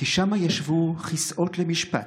כי שמה ישבו כסאות למשפט,